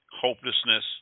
hopelessness